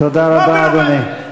לא, תודה רבה, אדוני.